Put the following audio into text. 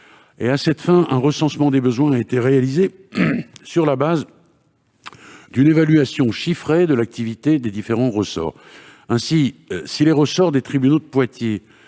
À cette fin, un recensement des besoins a été réalisé sur la base d'une évaluation chiffrée de l'activité des différents ressorts. Si les ressorts des tribunaux de Poitiers